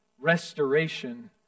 restoration